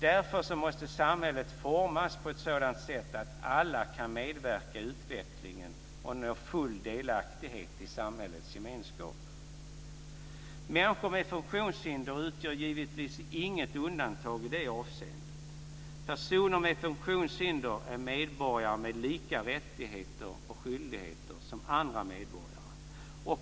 Därför måste samhället formas på ett sådant sätt att alla kan medverka i utvecklingen och nå full delaktighet i samhällets gemenskap. Människor med funktionshinder utgör givetvis inget undantag i det avseendet. Personer med funktionshinder är medborgare med samma rättigheter och skyldigheter som andra medborgare.